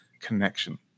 connection